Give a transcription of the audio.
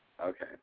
Okay